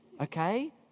okay